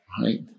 right